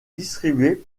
distribué